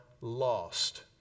lost